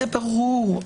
זה ברור,